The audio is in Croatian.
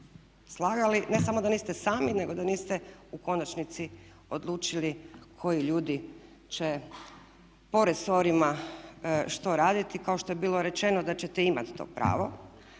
slagali. Ne samo da niste sami nego da niste u konačnici odlučili koji ljudi će po resorima što raditi kao što je bilo rečeno da ćete imati to pravo.